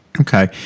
Okay